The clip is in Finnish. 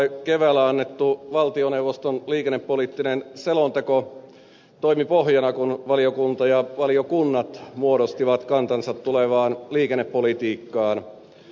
eduskunnalle keväällä annettu valtioneuvoston liikennepoliittinen selonteko toimi pohjana kun valiokunta ja valiokunnat muodostivat kantansa tulevaan liikennepolitiikkaan